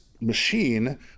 machine